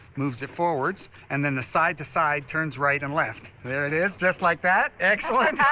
moves it forwards. and then the side-to-side turns right and left. there it is. just like that! excellent!